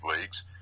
leagues